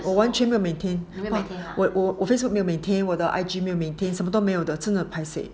我完全没有 maintain but 我我的 Facebook 没有 maintain 我的 I_G 没有 maintain 什么都没有的